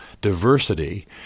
diversity